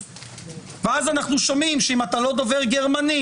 אז אנחנו שומעים שאם אתה לא דובר גרמנית,